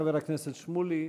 חבר הכנסת שמולי,